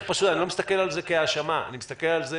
אני לא מסתכל על זה כהאשמה, אני מסתכל על זה